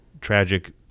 tragic